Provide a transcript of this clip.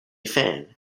fan